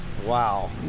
Wow